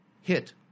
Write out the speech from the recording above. hit